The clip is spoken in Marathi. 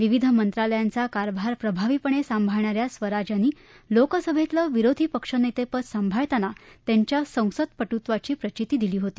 विविध मंत्रालयाचा कारभार प्रभावीपणे सांभाळणा या स्वराज यांनी लोकसभेतलं विरोधी पक्षनेतेपद सांभाळताना त्यांच्या संसदपटुत्वाची प्रचिती दिली होती